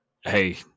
hey